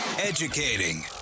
Educating